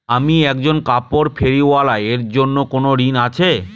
আমি একজন কাপড় ফেরীওয়ালা এর জন্য কোনো ঋণ আছে?